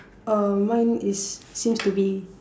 um mine is seems to be